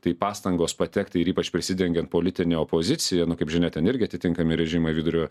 tai pastangos patekti ir ypač prisidengiant politine opozicija nu kaip žinia ten irgi atitinkami režimai vidurio